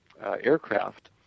aircraft